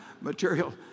material